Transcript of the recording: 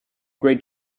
great